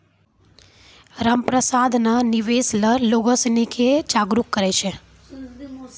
रामप्रसाद ने निवेश ल लोग सिनी के जागरूक करय छै